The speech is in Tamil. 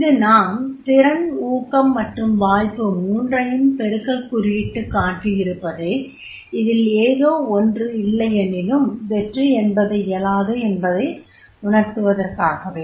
இங்கு நாம் திறன் ஊக்கம் மற்றும் வாய்ப்பு மூன்றையும் பெருக்கல் குறியிட்டுக் காட்டியிருப்பது இதில் ஏதொ ஒன்று இல்லையெனினும் வெற்றி என்பது இயலாது என்பதை உணர்த்துவதற்காகவே